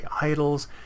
idols